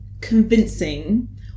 convincing